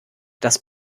das